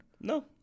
No